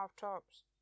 tops